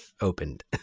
opened